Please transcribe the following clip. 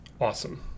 awesome